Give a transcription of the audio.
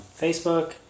Facebook